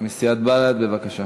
מסיעת בל"ד, בבקשה.